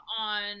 on